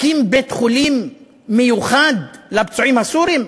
הקים בית-חולים מיוחד לפצועים הסורים?